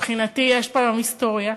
מבחינתי יש פה היום היסטוריה.